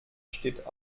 steht